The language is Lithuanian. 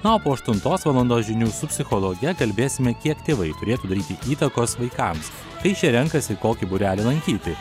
na po aštuntos valandos žinių su psichologe kalbėsime kiek tėvai turėtų daryti įtakos vaikams kai šie renkasi kokį būrelį lankyti